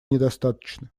недостаточно